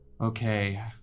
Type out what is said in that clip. Okay